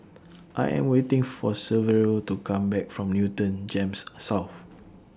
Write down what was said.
I Am waiting For Severo to Come Back from Newton Gems South